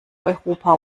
europa